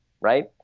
right